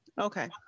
Okay